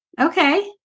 Okay